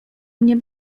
mnie